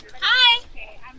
Hi